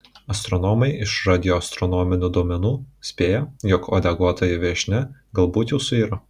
astronomai iš radioastronominių duomenų spėja jog uodeguotoji viešnia galbūt jau suiro